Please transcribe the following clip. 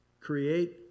create